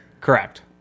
Correct